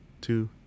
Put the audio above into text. two